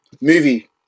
movie